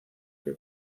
que